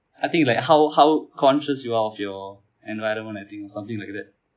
I think like how how conscious you of your environment I think something like that